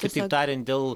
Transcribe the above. kitaip tariant dėl